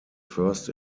first